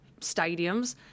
stadiums